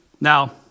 Now